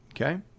Okay